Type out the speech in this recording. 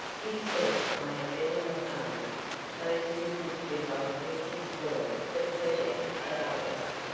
you said i had better not ask those who would be likely to spoil the pleasure of others.